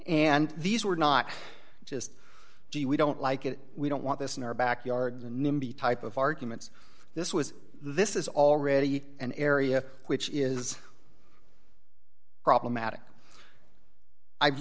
and these were not just gee we don't like it we don't want this in our backyard nimby type of arguments this was this is already an area which is problematic i've